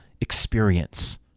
experience